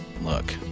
Look